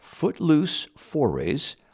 footlooseforays